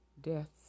deaths